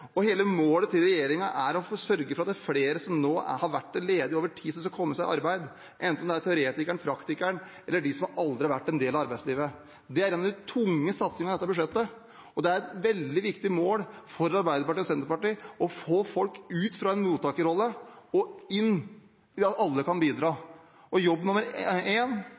Hele målet til regjeringen er å sørge for at flere som nå har vært ledige over tid, skal komme seg i arbeid, enten det er teoretikeren, praktikeren eller dem som aldri har vært en del av arbeidslivet. Det er en av de tunge satsingene i dette budsjettet. Det er et veldig viktig mål for Arbeiderpartiet og Senterpartiet å få folk ut fra en mottakerrolle og inn, slik at alle kan bidra. Jobb nummer